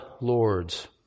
lords